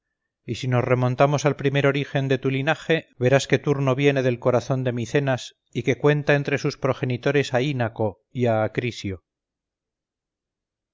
y si nos remontamos al primer origen de tu linaje verás que turno viene del corazón de micenas y que cuenta entre sus progenitores a ínaco y